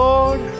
Lord